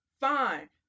fine